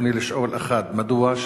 רצוני לשאול: 1. מדוע?